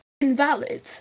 invalid